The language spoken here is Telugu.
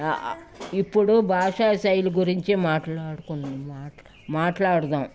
ఇప్పుడు భాషా శైలి గురించి మాట్లాడుకున్నా మాట్ మాట్లాడదాం